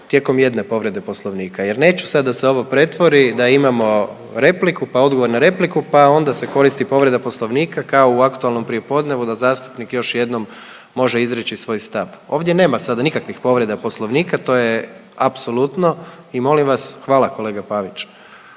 tijekom jedne povrede poslovnika jer neću sad da se ovo pretvori da imamo repliku, pa odgovor na repliku, pa onda se koristi povreda poslovnika kao u aktualnom prijepodnevu da zastupnik još jednom može izreći svoj stav. Ovdje nema sada nikakvih povreda poslovnika, to je apsolutno i molim vas, hvala kolega Paviću.